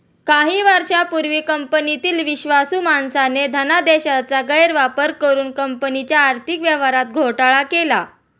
काही वर्षांपूर्वी कंपनीतील विश्वासू माणसाने धनादेशाचा गैरवापर करुन कंपनीच्या आर्थिक व्यवहारात घोटाळा केला